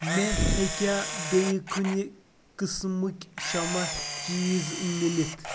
مےٚ ہٮ۪کیٛاہ بیٚیہِ کُنہِ قٕسمٕکۍ شمع چیٖز میلِتھ